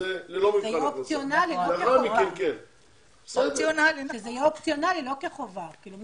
שזה יהיה אופציונלי, לא חובה.